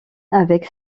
avec